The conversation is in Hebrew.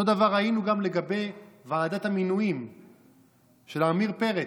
אותו הדבר ראינו גם לגבי ועדת המינויים של עמיר פרץ.